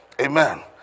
Amen